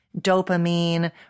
dopamine